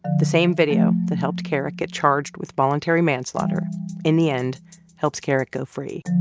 the same video that helped kerrick get charged with voluntary manslaughter in the end helps kerrick go free.